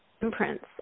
imprints